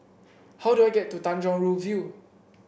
how do I get to Tanjong Rhu View